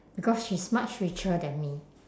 because she's much richer than me